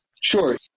Sure